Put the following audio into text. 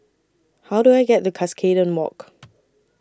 How Do I get The Cuscaden Walk